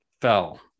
fell